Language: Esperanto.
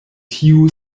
tiu